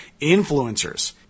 influencers